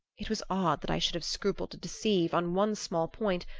it was odd that i should have scrupled to deceive, on one small point,